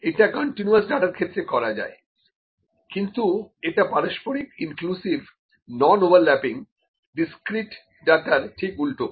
এটা কন্টিনিউয়াস ডাটার ক্ষেত্রে করা যায় কিন্তু এটা পারস্পরিক inclusive non overlapping discrete data র ঠিক উল্টো